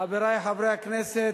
חברי חברי הכנסת,